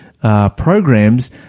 programs